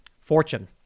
Fortune